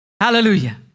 Hallelujah